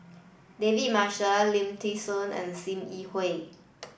David Marshall Lim Thean Soo and Sim Yi Hui